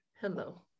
Hello